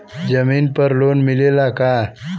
जमीन पर लोन मिलेला का?